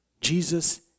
Jesus